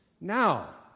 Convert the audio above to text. Now